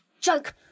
Joke